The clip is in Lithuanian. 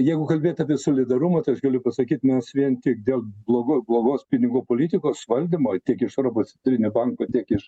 jeigu kalbėt apie solidarumą tai galiu pasakyt mums vien tik dėl blogų blogos pinigų politikos valdymo tiek iš europos centrinio banko tiek iš